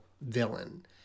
villain